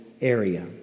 area